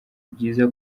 byiza